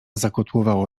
zakotłowało